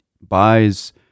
buys